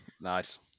Nice